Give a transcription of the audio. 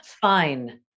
Fine